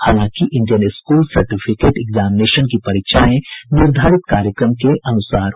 हालांकि Indian school certificate examination की परीक्षाएं निर्धारित कार्यक्रम के अनुसार होंगी